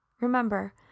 remember